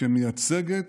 שמייצגת,